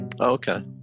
Okay